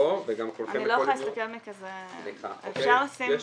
אין בעיה,